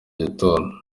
gitondo